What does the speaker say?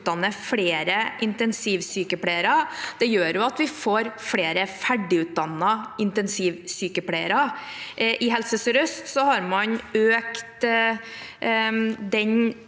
flere intensivsykepleiere, gjør at vi får flere ferdigutdannede intensivsykepleiere. I Helse sør-øst har man økt den